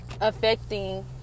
affecting